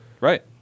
Right